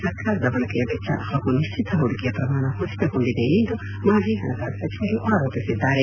ಸರ್ಕಾರದ ಬಳಕೆಯ ವೆಚ್ಚ ಹಾಗೂ ನಿಶ್ಲಿತ ಹೂಡಿಕೆಯ ಪ್ರಮಾಣ ಕುಸಿತಗೊಂಡಿದೆ ಎಂದು ಮಾಜಿ ಹಣಕಾಸು ಸಚಿವರು ಆರೋಪಿಸಿದ್ದಾರೆ